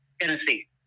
Tennessee